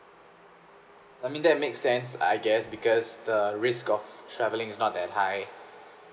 I mean that make sense I guess because the risk of travelling is not that high